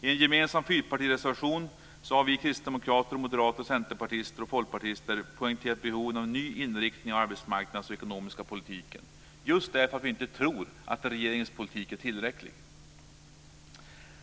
I en gemensam fyrpartireservation har vi kristdemokrater, moderater, centerpartister och folkpartister poängterat behoven av en ny inriktning av arbetsmarknadspolitiken och den ekonomiska politiken, just därför att vi inte tror att regeringens politik är tillräcklig.